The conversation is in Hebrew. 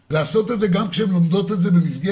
לעשות את זה גם כשהן לומדות את זה במסגרת